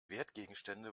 wertgegenstände